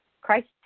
Christ